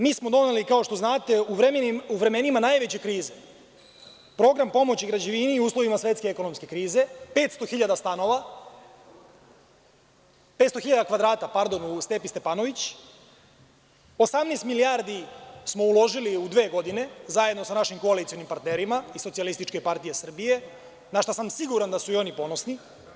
Mi smo doneli, kao što znate, u vremenima najveće krize Program pomoći građevini i uslovima svetske ekonomske krize 500.000 kvadrata u Stepi Stepanović, 18 milijardi smo uložili u dve godine zajedno sa našim koalicionim partnerima iz Socijalističke partije Srbije, na šta sam siguran da su i oni ponosni.